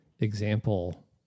example